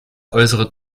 äußere